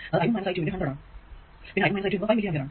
അത് i1 i2 × 100 Ω പിന്നെ I1 I2 എന്നിവ 5 മില്ലി ആംപിയർ ആണ്